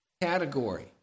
category